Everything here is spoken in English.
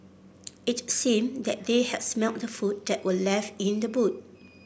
it seemed that they had smelt the food that were left in the boot